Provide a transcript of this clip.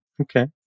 okay